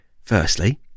Firstly